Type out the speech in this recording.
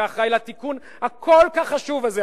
היה אחראי לתיקון הכל-כך חשוב הזה,